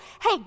hey